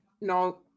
No